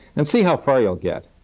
and see how far you'll get.